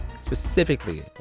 specifically